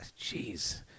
Jeez